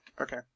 okay